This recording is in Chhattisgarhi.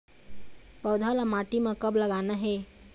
पौधा ला माटी म कब लगाना हे?